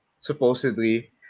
supposedly